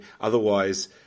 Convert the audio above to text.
otherwise